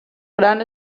gran